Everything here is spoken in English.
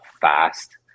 fast